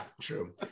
true